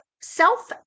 self